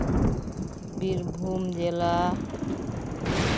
ᱵᱤᱨᱵᱷᱩᱢ ᱡᱮᱞᱟ